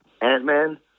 Ant-Man